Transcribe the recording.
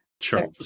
Sure